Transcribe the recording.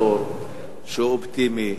אני הכרתי את שיח' צרצור שהוא אופטימי,